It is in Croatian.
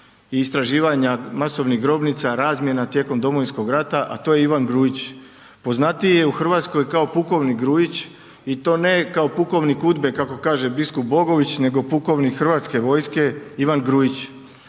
i istraživanja masovnih grobnica, razmjena tijekom Domovinskog rata, a to je Ivan Grujić, poznatiji je u Hrvatskoj kao pukovnik Grujić i to ne kao pukovnik UDBA-e kako kaže biskup Bogović, nego pukovnik Hrvatske vojske Ivan Grujić.